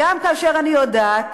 גם כאשר, אני יודעת